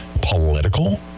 political